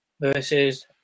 versus